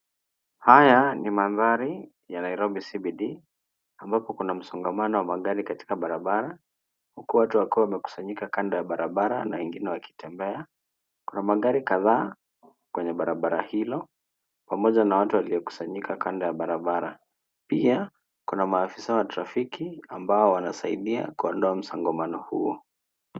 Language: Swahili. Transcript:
Haya ni mandhari ya Nairobi CBD ambapo kuna msongamano wa magari katika barabara, huku watu wakiwa wamekusanyika kando ya barabara na wengine wakitembea. Kuna magari kadhaa kwenye barabara hilo, pamoja na watu waliokusanyika kando ya barabara. Pia, kuna maafisa wa trafiki ambao wanasaidia kuondoa msongamano huo.